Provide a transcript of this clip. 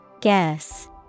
Guess